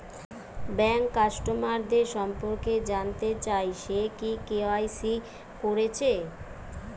bank কাস্টমারদের সম্পর্কে জানতে চাই সে কি কে.ওয়াই.সি কোরেছে